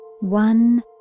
one